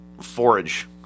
Forage